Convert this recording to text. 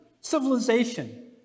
civilization